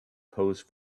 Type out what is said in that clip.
pose